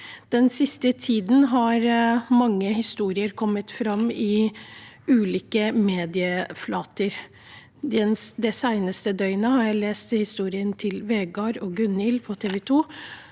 Den siste tiden har mange historier kommet fram i ulike medieflater. Det seneste døgnet har jeg på TV2.no lest historiene til Vegard og Gunhild,